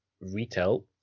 retail